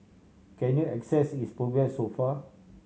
can you assess its progress so far